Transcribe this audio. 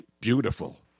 Beautiful